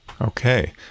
Okay